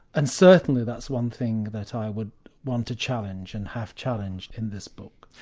and certainly that's one thing that i would want to challenge and have challenged in this book.